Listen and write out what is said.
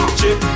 chip